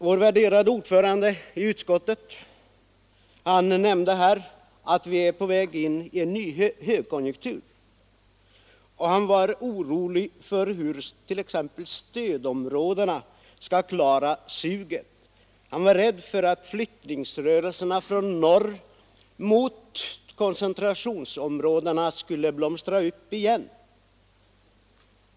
Vår värderade utskottsordförande nämnde att vi är på väg in i en ny högkonjunktur, och han var orolig för hur t.ex. stödområdena skall klara det suget. Han var rädd för att flyttningsrörelserna från norr mot koncentrationsområdena skulle blomstra upp igen.